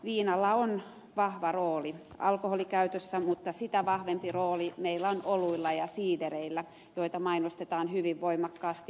viinalla on vahva rooli alkoholikäytössä mutta sitä vahvempi rooli meillä on oluilla ja siidereillä joita mainostetaan hyvin voimakkaasti